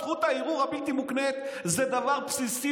זכות הערעור הבלתי-מוקנית זה דבר בסיסי